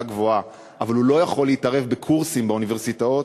גבוהה אבל הוא לא יכול להתערב בקורסים באוניברסיטאות,